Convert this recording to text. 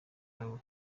ntawe